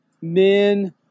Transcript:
Men